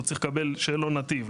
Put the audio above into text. הוא צריך לקבל שאלון "נתיב",